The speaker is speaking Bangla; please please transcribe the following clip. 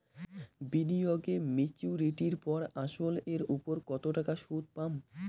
বিনিয়োগ এ মেচুরিটির পর আসল এর উপর কতো টাকা সুদ পাম?